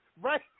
right